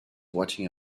watching